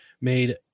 made